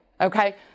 Okay